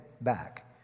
back